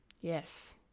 yes